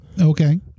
Okay